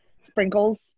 sprinkles